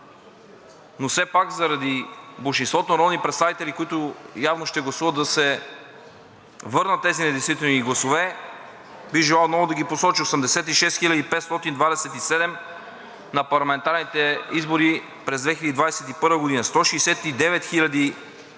но все пак заради болшинството народни представители, които явно ще гласуват да се върнат тези недействителни гласове, бих желал да ги посоча – 86 хиляди 527 на парламентарните избори през 2021 г.; 169